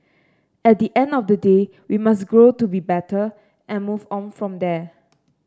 at the end of the day we must grow to be better and move on from there